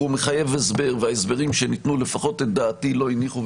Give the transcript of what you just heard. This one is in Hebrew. הוא מחייב הסבר וההסברים שניתנו לפחות את דעתי לא הניחו,